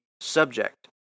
subject